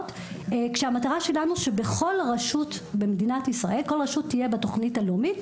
כשהמטרה שלנו שכל רשות תהיה בתוכנית הלאומית,